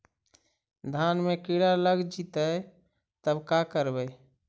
धान मे किड़ा लग जितै तब का करबइ?